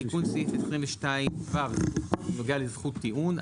תיקון סעיף 22ו נוגע לזכות טיעון.